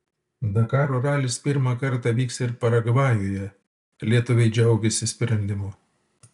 dakaro ralis pirmą kartą vyks ir paragvajuje lietuviai džiaugiasi sprendimu